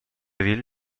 ville